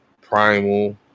primal